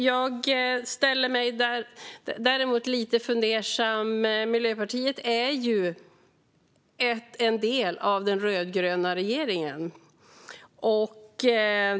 Jag ställer mig däremot lite fundersam till Miljöpartiet, som ju är en del av den rödgröna regeringen.